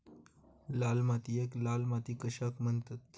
लाल मातीयेक लाल माती कशाक म्हणतत?